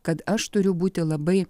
kad aš turiu būti labai